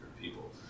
people